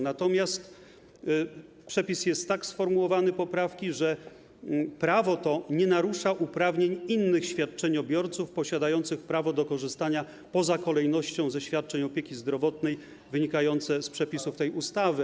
Natomiast przepis poprawki jest tak sformułowany, że prawo to nie narusza uprawnień innych świadczeniobiorców posiadających prawo do korzystania poza kolejnością ze świadczeń opieki zdrowotnej wynikające z przepisów tej ustawy.